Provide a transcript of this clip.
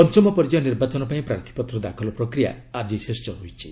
ପଞ୍ଚମ ପର୍ଯ୍ୟାୟ ନିର୍ବାଚନ ପାଇଁ ପ୍ରାର୍ଥୀପତ୍ର ଦାଖଲ ପ୍ରକ୍ରିୟା ଆଜି ଶେଷ ହୋଇଛି